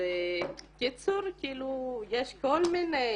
בקיצור, כאילו יש כל מיני,